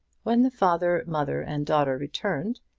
when the father, mother, and daughter returned,